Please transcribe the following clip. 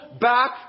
back